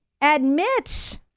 admits